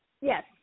yes